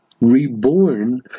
reborn